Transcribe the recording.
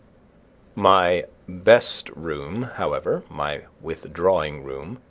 my best room, however, my withdrawing room,